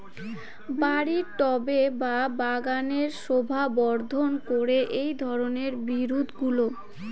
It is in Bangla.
বাড়ির টবে বা বাগানের শোভাবর্ধন করে এই ধরণের বিরুৎগুলো